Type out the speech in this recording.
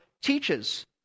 teaches